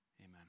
Amen